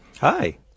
Hi